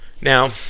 Now